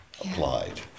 applied